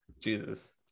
Jesus